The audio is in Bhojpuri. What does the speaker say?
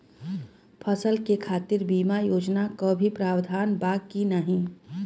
फसल के खातीर बिमा योजना क भी प्रवाधान बा की नाही?